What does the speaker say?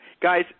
Guys